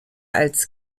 als